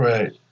Right